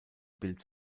bild